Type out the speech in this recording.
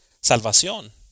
salvación